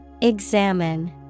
Examine